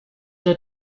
der